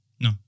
No